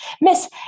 Miss